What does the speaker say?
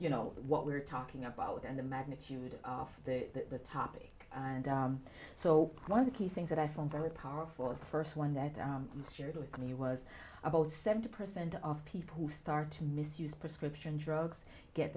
you know what we're talking about and the magnitude of the topic and so one of the key things that i found very powerful the first one that shared with me was about seventy percent of people who start to misuse prescription drugs get